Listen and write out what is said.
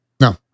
No